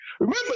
Remember